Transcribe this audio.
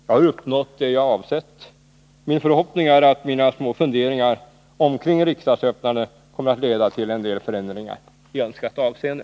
Jag har uppnått det jag avsett. Min förhoppning är att mina små funderingar omkring riksmötesöppnandet kommer att leda till en del förändringar i önskat avseende.